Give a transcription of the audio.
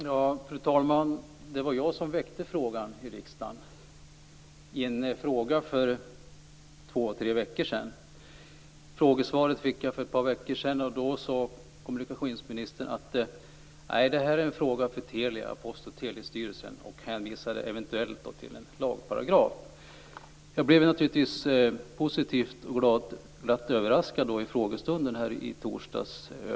Fru talman! Det var jag som väckte frågan i riksdagen för två tre veckor sedan, och frågesvaret fick jag för ett par veckor sedan. Då sade kommunikationsministern att det här är en fråga för Telia och Post och telestyrelsen och hänvisade till en lagparagraf. Jag blev naturligtvis glatt överraskad över det nya svaret under frågestunden i torsdags.